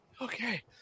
Okay